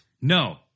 No